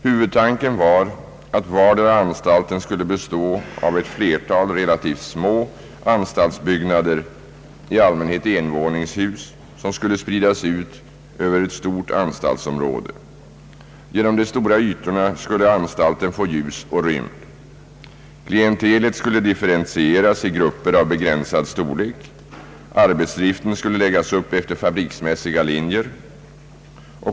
Huvudtanken var att vardera anstalten skulle bestå av ett flertal, relativt små anstaltsbyggnader, i allmänhet envåningshus, som skulle spridas ut över ett stort anstaltsområde. Genom de stora ytorna skulle anstalten få ljus och rymd. Klientelet skulle differentieras i grupper av begränsad storlek. Arbetsdriften skulle läggas upp efter fabriksmässiga linjer.